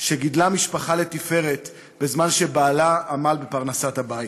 שגידלה משפחה לתפארת בזמן שבעלה עמל בפרנסת הבית.